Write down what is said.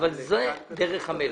זאת דרך המלך.